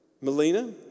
Melina